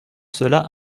cela